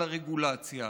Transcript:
על הרגולציה,